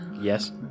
Yes